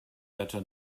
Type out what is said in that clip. better